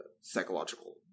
psychological